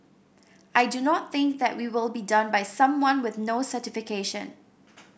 I do not think that we will be done by someone with no certification